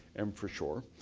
am for sure.